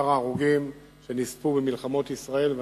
ממספר ההרוגים שנספו במלחמות ישראל,